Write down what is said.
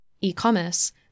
E-commerce